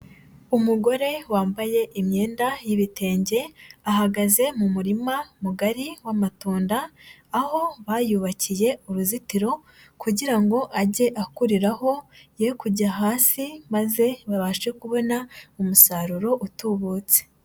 Umugore wambaye imyenda y'ibitenge, ahagaze mu murima mugari w'matunda aho bayubakiye uruzitiro kugira ngo ajye akuriraho ye kujya hasi maze babashe kubona umusaruro utubutse.